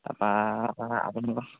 তাপা আপ ন